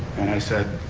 and i said,